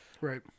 Right